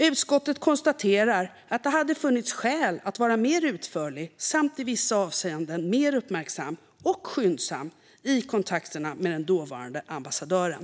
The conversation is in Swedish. Utskottet konstaterar att det hade funnits skäl att vara mer utförlig samt i vissa avseenden mer uppmärksam och skyndsam i kontakterna med den dåvarande ambassadören.